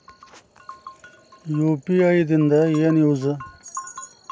UPI ದಿಂದ ಏನು use?